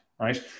right